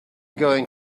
going